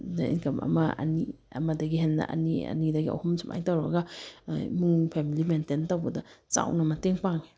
ꯗ income ꯑꯃ ꯑꯅꯤ ꯑꯃꯗꯒꯤ ꯍꯦꯟꯅ ꯑꯅꯤ ꯑꯅꯤꯗꯒꯤ ꯑꯍꯨꯝ ꯁꯨꯃꯥꯏꯅ ꯇꯧꯔꯒ ꯏꯃꯨꯡ ꯐꯦꯃꯤꯂꯤ ꯃꯦꯟꯇꯦꯟ ꯇꯧꯕꯗ ꯆꯥꯎꯅ ꯃꯇꯦꯡ ꯄꯥꯡꯉꯤ